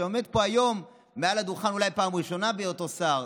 שעומד פה היום מעל הדוכן אולי פעם ראשונה בהיותו שר,